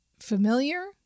familiar